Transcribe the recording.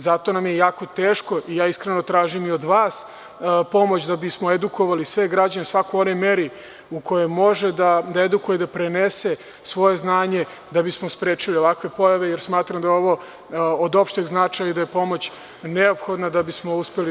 Zato nam je jako teško i iskreno tražim i od vas pomoć da bismo edukovali sve građane, svako u onoj meri u kojoj može da edukuje, da prenese svoje znanje da bismo sprečili ovakve pojave, jer smatram da je ovo od opšteg značaja i da je pomoć neophodna da bismo uspeli.